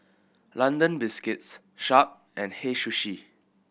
London Biscuits Sharp and Hei Sushi